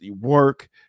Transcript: work